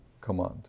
command